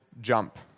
jump